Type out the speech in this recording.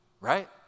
right